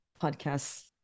podcasts